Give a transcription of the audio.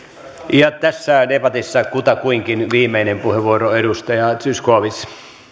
tässä debatissa kutakuinkin viimeinen puheenvuoro edustaja zyskowicz